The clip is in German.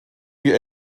die